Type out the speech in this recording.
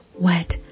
wet